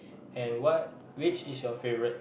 and what which is your favourite